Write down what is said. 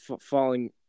falling